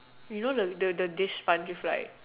you know the the the dish sponge with like